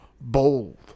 bold